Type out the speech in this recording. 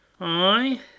Aye